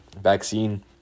vaccine